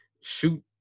shoot